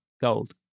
gold